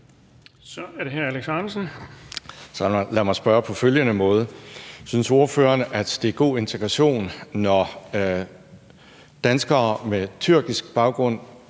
Ahrendtsen (DF): Så lad mig spørge på følgende måde: Synes ordføreren, at det er god integration, når danskere med tyrkisk baggrund